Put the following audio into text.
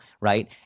Right